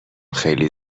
خیلی